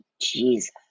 Jesus